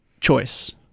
choice